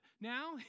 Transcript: Now